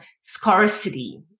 scarcity